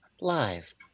live